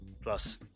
Plus